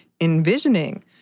envisioning